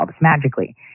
magically